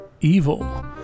evil